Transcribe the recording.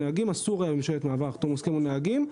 אסור בממשלת מעבר לחתום הסכם עם נהגים.